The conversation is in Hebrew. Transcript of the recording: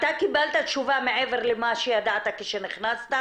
אתה קיבלת תשובה מעבר למה שידעת כאשר נכנסת?